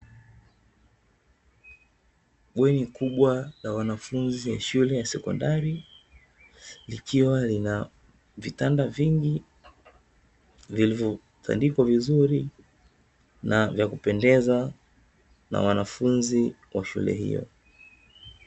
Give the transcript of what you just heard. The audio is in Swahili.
Bweni kubwa la wanafunzi wa shule ya sekondari, likiwa lina vitanda vingi vilivyo tandikwa vizuri na vya kupendeza, na wanafunzi wa shule hiyo.